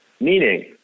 Meaning